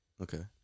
Okay